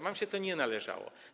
Wam się to nie należało.